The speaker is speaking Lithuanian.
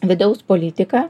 vidaus politiką